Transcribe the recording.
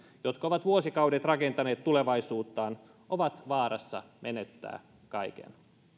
jotka ovat vuosikaudet rakentaneet tulevaisuuttaan ovat vaarassa menettää kaiken